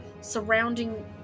surrounding